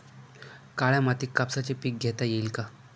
काळ्या मातीत कापसाचे पीक घेता येईल का?